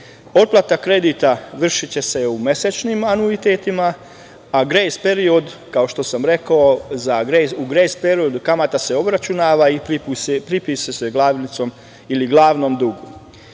razlike. Otplata kredita vršiće se u mesečnim anuitetima, a grejs period, kao što sam rekao, u grejs periodu kamata se obračunava i pripisuje se glavnom dugu.